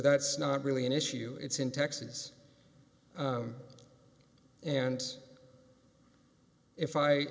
that's not really an issue it's in texas and if i